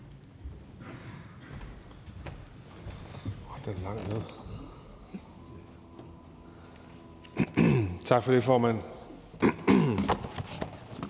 Tak for det. For nu